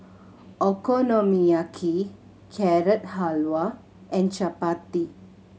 Okonomiyaki Carrot Halwa and Chapati